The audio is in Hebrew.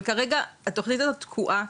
אבל כרגע התוכנית הזו תקועה,